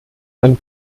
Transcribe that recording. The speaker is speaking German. ein